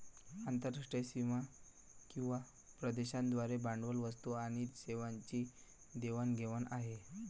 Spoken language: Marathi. आंतरराष्ट्रीय सीमा किंवा प्रदेशांद्वारे भांडवल, वस्तू आणि सेवांची देवाण घेवाण आहे